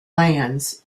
lands